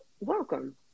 welcome